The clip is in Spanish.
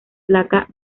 placa